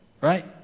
Right